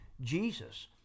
Jesus